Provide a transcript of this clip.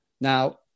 Now